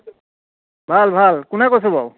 ভাল ভাল কোনে কৈছে বাৰু